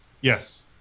Yes